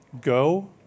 Go